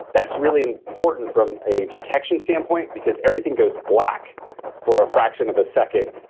that's really important from a detection standpoint, because everything goes black for a fraction of a second,